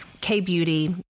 K-Beauty